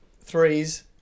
threes